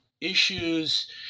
issues